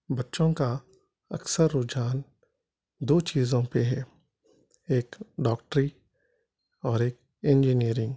بچوں کا اکثر رجحان دو چیزوں پہ ہے ایک ڈاکٹری اور ایک انجینئرنگ